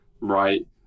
right